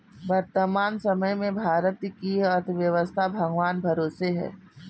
वर्तमान समय में भारत की अर्थव्यस्था भगवान भरोसे है